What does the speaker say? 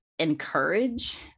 encourage